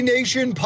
Nation